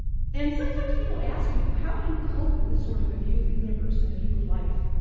and sometimes people ask me, how do you cope with the sort of a view of the universe and a view of life?